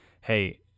hey